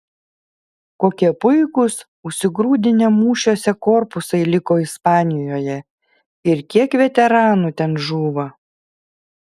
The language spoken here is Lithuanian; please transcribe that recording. kokie puikūs užsigrūdinę mūšiuose korpusai liko ispanijoje ir kiek veteranų ten žūva